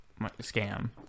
Scam